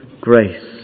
grace